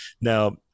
Now